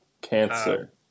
Cancer